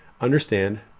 understand